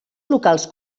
locals